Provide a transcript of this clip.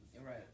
Right